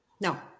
No